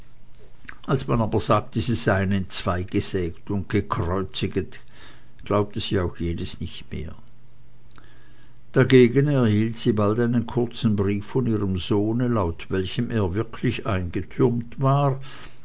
als man aber sagte sie seien entzweigesägt und gekreuzigt glaubte sie auch jenes nicht mehr dagegen erhielt sie bald einen kurzen brief von ihrem sohne laut welchem er wirklich eingetürmt war